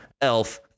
Elf